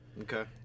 Okay